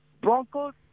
Broncos